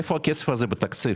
איפה הכסף הזה בתקציב?